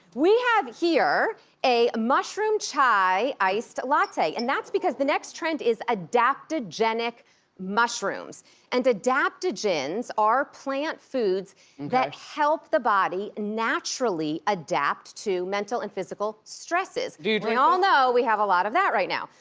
we have here a a mushroom chai iced latte. and that's because the next trend is adaptogenic mushrooms and adaptogens are plant foods that help the body naturally adapt to mental and physical stresses. we all know we have a lot of that right now.